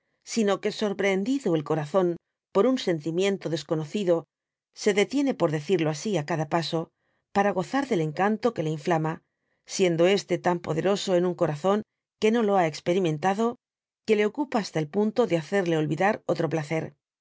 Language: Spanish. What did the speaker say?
sino qne sorprehendido el corazón por un sentimiento desconocido se detiene por decirlo asi á cada paso para gozar del encanto que le inflama siendo este tan poderoso en un corazón que no lo ha experimentado que le ocupa hasta el punto de hacerle olvidar otro placer